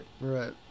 Right